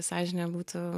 sąžinė būtų